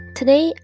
Today